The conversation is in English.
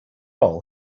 all